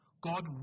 God